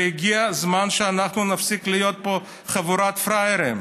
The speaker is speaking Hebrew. והגיע הזמן שאנחנו נפסיק להיות פה חבורת פראיירים.